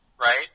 right